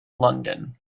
london